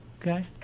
Okay